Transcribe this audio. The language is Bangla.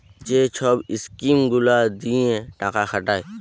যে ছব ইস্কিম গুলা দিঁয়ে টাকা খাটায়